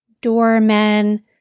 doormen